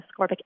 ascorbic